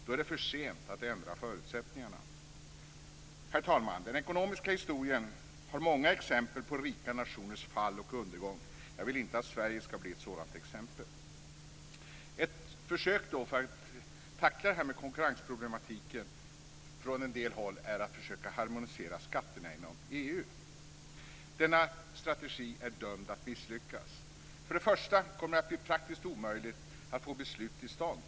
Då är det för sent att ändra förutsättningarna. Herr talman! Den ekonomiska historien har många exempel på rika nationers fall och undergång. Jag vill inte att Sverige ska bli ett sådant exempel. Ett försök från en del håll att tackla det här med konkurrensprolematiken är att harmonisera skatterna inom EU. Denna strategi är dömd att misslyckas. För det första kommer det att bli praktiskt omöjligt att få beslut till stånd.